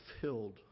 filled